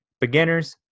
Beginners